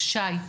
שי.